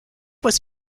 was